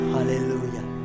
Hallelujah